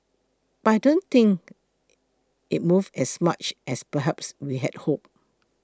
but I don't think it's moved as much as perhaps we had hoped